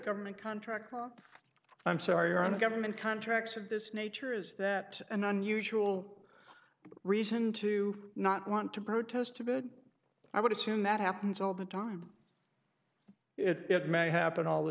government contracts i'm sorry on the government contracts of this nature is that an unusual reason to not want to protest a bid i would assume that happens all the time it may happen all the